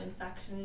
infection